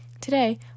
Today